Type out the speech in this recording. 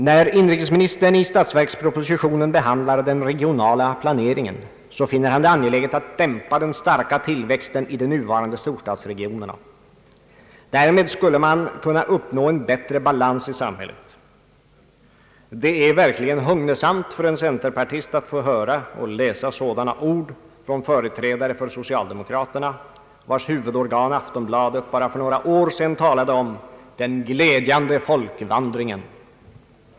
När inrikesministern i statsverkspropositionen behandlar den regionala planeringen finner han det angeläget att dämpa den starka tillväxten i de nuvarande storstadsregionerna. Därmed skulle man kunna uppnå en bättre balans i samhället. Det är verkligen hugnesamt för en centerpartist att få höra och läsa sådana ord från företrädare för socialdemokraterna, vars huvudorgan Aftonbladet bara för några år sedan talade om »den glädjande folkvandringen».